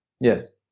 Yes